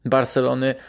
Barcelony